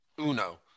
Uno